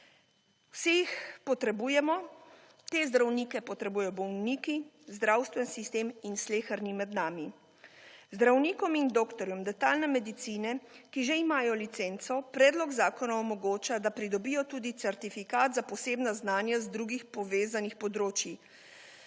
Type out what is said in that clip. Vsi jih potrebujemo te zdravnike potrebujejo bolniki, zdravstveni sistem in sleherni med nami. Zdravnikom in doktorjem dentalne medicine, ki že imajo licenco predlog zakona omogoča, da pridobijo tudi certifikat za posebna znanja z drugih povezanih področij.